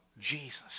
Jesus